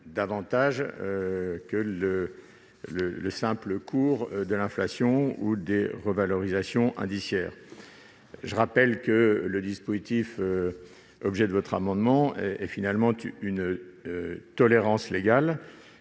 quand même le simple cours de l'inflation ou des revalorisations indiciaires. Je rappelle que le dispositif de votre amendement est finalement une tolérance légale,